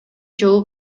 жолу